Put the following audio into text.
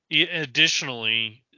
Additionally